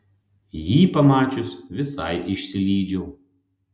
jį pamačius visai išsilydžiau